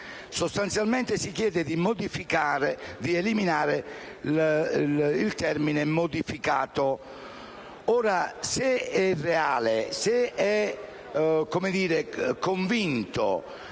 Sostanzialmente si chiede di eliminare il termine «modificato». Ora, se il Governo è convinto